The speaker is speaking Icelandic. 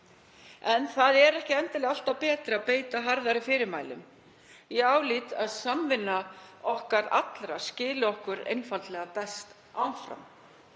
En það er ekki endilega alltaf betra að beita harðari fyrirmælum. Ég álít að samvinna okkar allra skili okkur einfaldlega best áfram